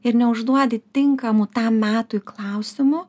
ir neužduodi tinkamų tam metui klausimų